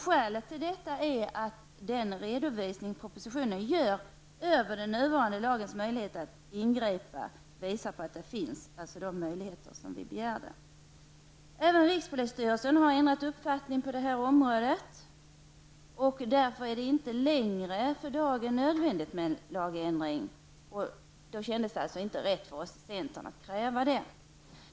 Skälet är propositionens redovisning av de nuvarande lagenliga möjligheterna att ingripa. Redovisningen visar att de möjligheter som vi begärt skall finnas redan finns. Även rikspolisstyrelsen har ändrat uppfattning och anser inte heller att det för dagen är nödvändigt med en lagändring. Därför känns det inte rätt för oss i centern att kräva det.